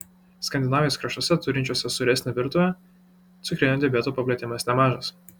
skandinavijos kraštuose turinčiuose sūresnę virtuvę cukrinio diabeto paplitimas nemažas